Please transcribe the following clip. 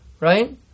right